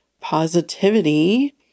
positivity